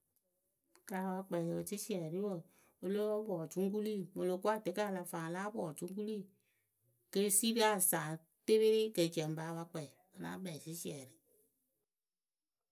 Ka pa kpɛɛ sɩsierɩ wǝǝ o lǝ́ǝ pɔ ocuŋkului mɨ o lo ko atɛkǝ a la faŋ a láa pɔ ocuŋkului. ke siri asaŋ tɩpɩrɩ ke ci ǝ bǝ a pa kpɛɛ a láa kpɛɛ sɩsiɛrɩ.